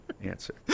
answer